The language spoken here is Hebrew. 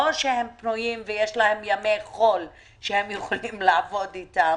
לא שהם פנויים ויש להם ימי חול שהם יכולים לעבוד אתם.